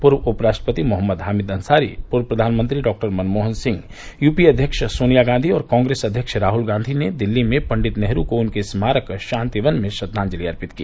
पूर्व उप राष्ट्रपति मोहम्मद हामिद अंसारी पूर्व प्रधानमंत्री डॉ मनमोहन सिंह यूपीए अध्यक्ष सोनिया गांधी और कांग्रेस अध्यक्ष राहुल गांधी ने दिल्ली में पंडित नेहरू को उनके स्मारक शांतिवन में श्रद्वांजलि अर्पित की